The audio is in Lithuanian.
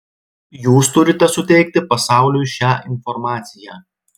jūs turite suteikti pasauliui šią informaciją